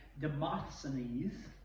Demosthenes